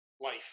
life